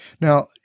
Now